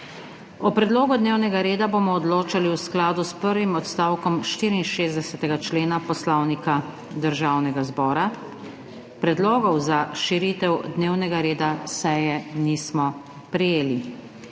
O predlogu dnevnega reda bomo odločali v skladu s prvim odstavkom 64. člena Poslovnika Državnega zbora. Predlogov za širitev dnevnega reda seje nismo prejeli;